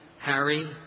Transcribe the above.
Harry